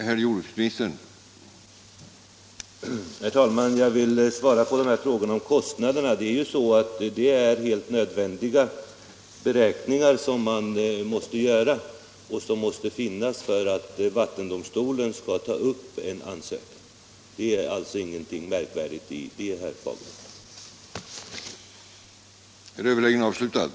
Herr talman! Jag vill svara på frågorna om kostnaderna. Detta är ju helt nödvändiga beräkningar som man har att göra och som måste finnas för att vattendomstolen skall ta upp en ansökan. Det är alltså ingenting märkvärdigt med det, herr Fagerlund. Om sjön Åsnens reglering